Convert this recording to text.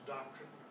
Doctrine